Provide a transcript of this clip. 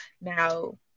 Now